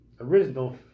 original